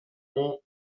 niej